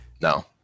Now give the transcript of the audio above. No